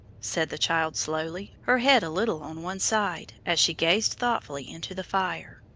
said the child slowly, her head a little on one side, as she gazed thoughtfully into the fire.